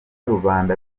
rubanda